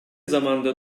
zamanda